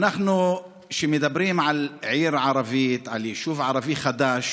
כשאנחנו מדברים על עיר ערבית, על יישוב ערבי חדש.